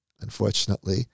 Unfortunately